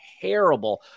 terrible